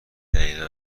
دقیقه